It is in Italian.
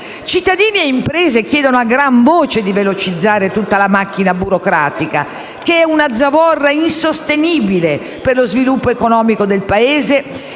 Cittadini ed imprese chiedono a gran voce di velocizzare la macchina burocratica, che è una zavorra insostenibile per lo sviluppo economico del Paese